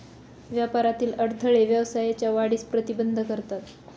व्यापारातील अडथळे व्यवसायाच्या वाढीस प्रतिबंध करतात